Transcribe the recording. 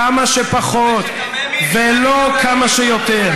כמה שפחות, ולא כמה שיותר.